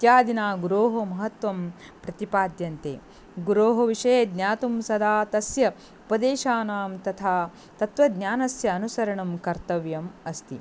इत्यादिनां गुरोः महत्वं प्रतिपाद्यन्ते गुरोः विषये ज्ञातुं सदा तस्य उपदेशानां तथा तत्वज्ञानस्य अनुसरणं कर्तव्यम् अस्ति